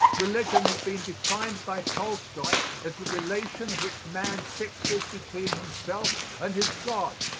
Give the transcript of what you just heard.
religion has been defined by tolstoy as the relation which man fixes between himself and his god,